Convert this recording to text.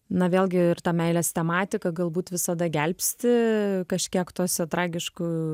na vėlgi ir ta meilės tematika galbūt visada gelbsti kažkiek tuose tragiškų